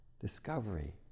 discovery